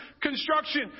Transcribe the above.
construction